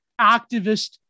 activist